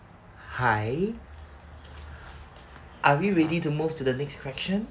hi are we ready to move to the next question